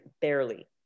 barely